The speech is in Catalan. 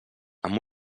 amb